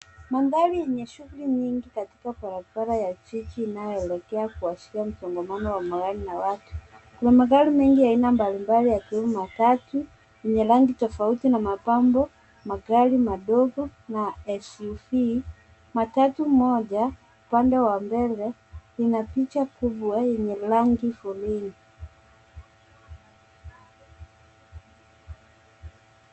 Mandhari yenye shughuli nyingi katika barabara ya jiji inayosnzia msongamano wa watu na magari. Kuna magari mengi mbali mbali yakiwemo matatu yenye rangi tofauti na mapambo, magari madogo na SUV. Matatu moja pande wa mbele lina picha kubwa lenye rangi foleni.